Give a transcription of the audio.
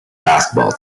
basketball